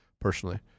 personally